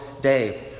day